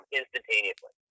instantaneously